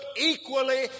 equally